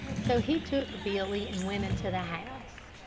so he took billy and went into the house.